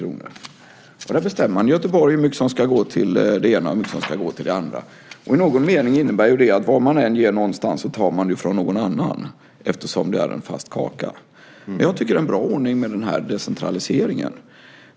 I Göteborg bestämmer man hur mycket som ska gå till det ena och det andra. I någon mening innebär det att var man än ger tar man från någon annan eftersom det är en fast kaka. Jag tycker att det är en bra ordning med den decentraliseringen.